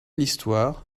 l’histoire